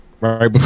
Right